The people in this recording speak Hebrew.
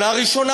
שנה ראשונה,